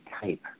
type